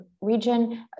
region